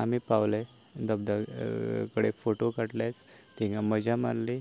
आमी पावले धबधबो कडेन फोटो काडलेच थंय मज्जा मारली